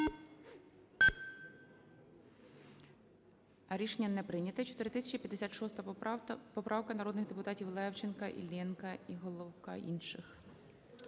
Рішення не прийнято. 4056 поправка, народних депутатів Левченка, Іллєнка, Головка, інших.